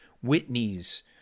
Whitney's